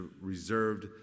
reserved